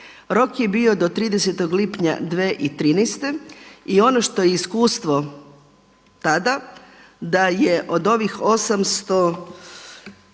Rok je bio do 30. lipnja 2013. i ono što je iskustvo tada da je od ovih 826